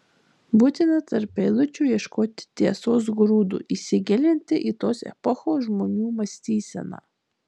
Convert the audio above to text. būtina tarp eilučių ieškoti tiesos grūdo įsigilinti į tos epochos žmonių mąstyseną